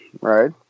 right